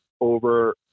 over